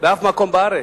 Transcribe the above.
בשום מקום בארץ,